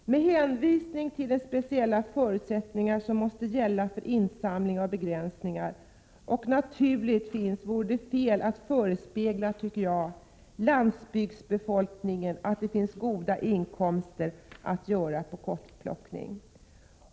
Med hänsyn till de speciella förutsättningar som måste gälla för insamlingar och de begränsningar som naturligt nog finns, vore det fel att förespegla landsbygdsbefolkningen att det finns goda inkomster att göra på kottplockning.